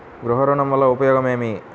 గృహ ఋణం వల్ల ఉపయోగం ఏమి?